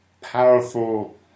powerful